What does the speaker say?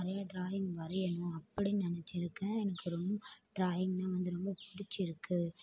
நிறையா டிராயிங் வரையணும் அப்படின் நினச்சிருக்கேன் எனக்கு ரொம்ப டிராயிங்னால் வந்து ரொம்ப பிடிச்சிருக்கு